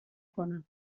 کنم